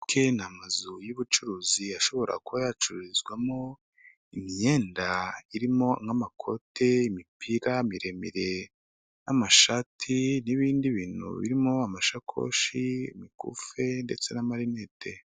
Amazu y'ubucuruzi ashobora kuba yacurizwamo imyenda irimo nk'amakote y'imipira miremire n'amashati n'ibindi bintu birimo amashakoshi imikufi ndetse n'amarinete.